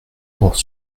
pour